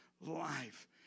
life